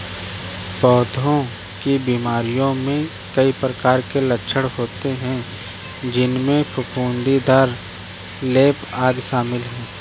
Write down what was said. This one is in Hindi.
पौधों की बीमारियों में कई प्रकार के लक्षण होते हैं, जिनमें फफूंदीदार लेप, आदि शामिल हैं